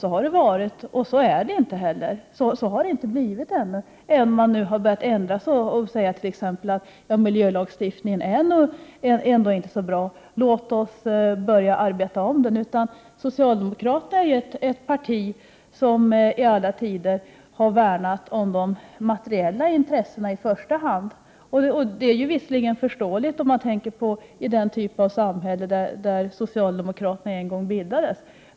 Så har det inte varit, och så har det inte blivit ännu, även om de nu har börjat ändra sig och t.ex. säger att miljölagstiftningen inte är så bra, låt oss börja arbeta om den. Det socialdemokratiska partiet är ett parti som i alla tider i första hand har värnat om de materiella intressena. Det är förståeligt om man tänker på den typ av samhälle som det socialdemokratiska partiet en gång bildades i.